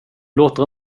låter